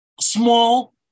small